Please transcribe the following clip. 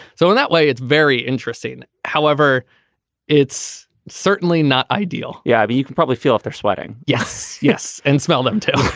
so in that way it's very interesting. however it's certainly not ideal yeah. but you can probably feel if they're sweating. yes yes. and smell them. you're